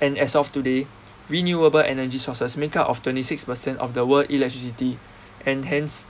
and as of today renewable energy sources make up of twenty six percent of the world electricity and hence